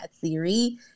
theory